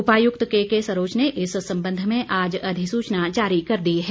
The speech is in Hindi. उपायुक्त केके सरोच ने इस संबंध में आज अधिसूचना जारी कर दी है